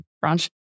branch